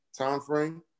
timeframe